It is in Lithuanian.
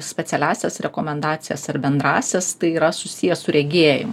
specialiąsias rekomendacijas ar bendrąsias tai yra susiję su regėjimu